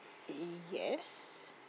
yes